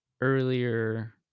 earlier